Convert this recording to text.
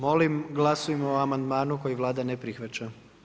Molim glasujmo o amandmanu koji Vlada ne prihvaća.